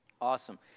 awesome